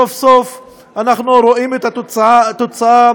סוף-סוף אנחנו רואים את התוצאה.